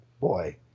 boy